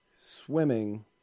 swimming